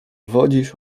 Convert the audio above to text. wodzisz